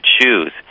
choose